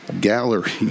gallery